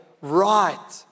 right